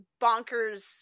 bonkers